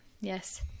Yes